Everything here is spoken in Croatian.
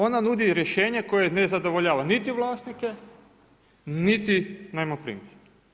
Ona nudi rješenje koje ne zadovoljava niti vlasnike, niti najmoprimce.